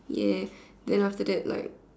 ya then after that like